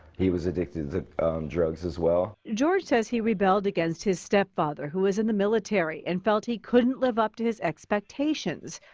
he was addicted to drugs as well. george says he rebelled against his stepfather who was in the military and felt he couldn't live up to his expectations.